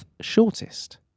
shortest